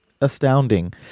astounding